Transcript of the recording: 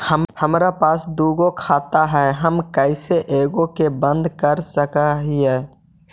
हमरा पास दु गो खाता हैं, हम कैसे एगो के बंद कर सक हिय?